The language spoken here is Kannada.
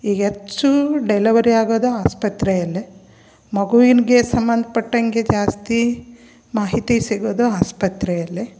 ಈಗ ಹೆಚ್ಚು ಡೆಲವರಿ ಆಗೋದು ಆಸ್ಪತ್ರೆಯಲ್ಲೇ ಮಗುವಿಗೆ ಸಂಬಂಧಪಟ್ಟಂಗೆ ಜಾಸ್ತಿ ಮಾಹಿತಿ ಸಿಗೋದು ಆಸ್ಪತ್ರೆಯಲ್ಲೇ